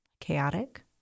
chaotic